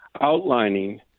outlining